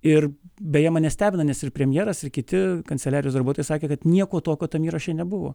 ir beje mane stebina nes ir premjeras ir kiti kanceliarijos darbuotojai sakė kad nieko tokio tame įraše nebuvo